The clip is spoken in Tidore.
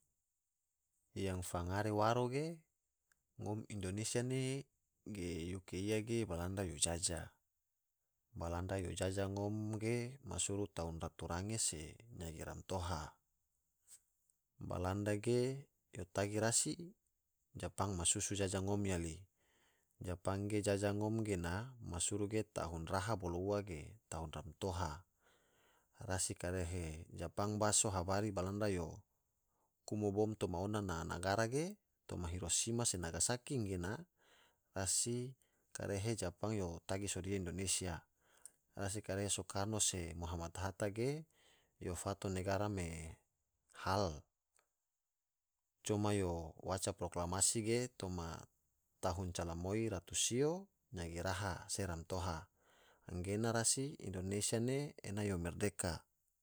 Yang fangare waro ge ngom indonesia ge yuke iya ge belanda yo jaja balanda yo jaja ngom ge ma suru tahun ratu range se nyagi romtoha balanda ge yo tagi rasi japang ma susu jaja ngom yali, japang ge jaja ngom gena ma suru ge tahun raha bolo ua ge tahun romtoha rasi karehe japang baso habari balanda yo kumo bom toma ona na nagara ge toma hirosima se nagasaki gena, rasi karehe japang yo tagi sodia indonesia rasi karehe soekarno se moh hatta ge yo fato negara ne ma hal coma yo waca proklamasi ge toma tahun cala moi ratu sio yagi raha se romtoha anggena rasi indonesia ne ena yo merdeka.